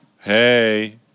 Hey